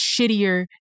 shittier